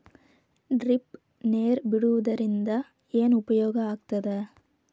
Drip ನೇರ್ ಬಿಡುವುದರಿಂದ ಏನು ಉಪಯೋಗ ಆಗ್ತದ?